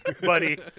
buddy